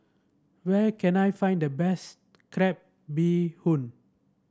where can I find the best Crab Bee Hoon